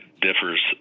differs